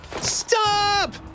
Stop